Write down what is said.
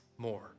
more